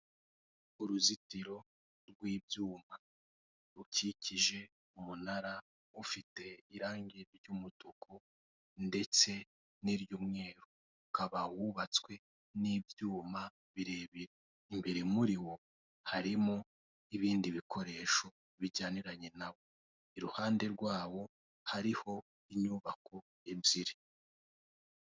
Uruzitiro rw'ibyuma rukikije umunara ufite irange ry'umutuku ndetse n'iry'umweru, ukaba wubatse n'ibyuma birebire. Imbere muri wo harimo n'ibindi bikoresho bijyaniranye naho. Iruhande rwaho hariho inyubako ebyiri.